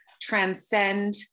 transcend